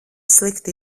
slikti